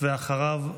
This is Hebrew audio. אחריו,